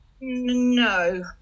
no